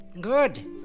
Good